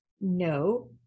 No